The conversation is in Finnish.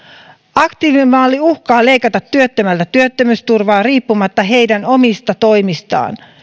aktiivimalli uhkaa leikata työttömiltä työttömyysturvaa riippumatta heidän omista toimistaan